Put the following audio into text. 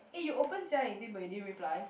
eh you open Jia-Ying thing but you didn't reply